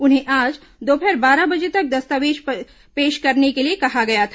उन्हें आज दोपहर बारह बजे तक दस्तावेज पेश करने के लिए कहा गया था